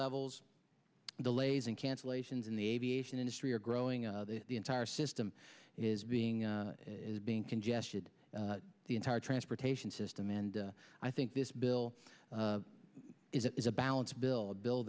levels delays and cancellations in the aviation industry are growing the entire system is being as being congested the entire transportation system and i think this bill is it is a balance bill a bill